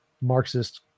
Marxist